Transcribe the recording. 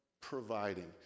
providing